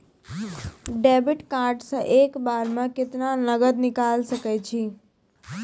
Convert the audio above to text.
Debit card से एक बार मे केतना नगद निकाल सके छी?